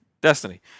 Destiny